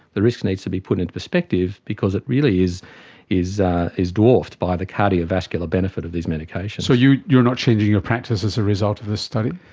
the risk needs to be put into perspective because it really is is is dwarfed by the cardiovascular benefit of these medications. so you're not changing your practice as a result of this study?